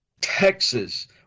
Texas